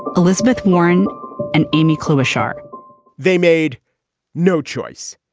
elizabeth warren and amy clemma shah they made no choice.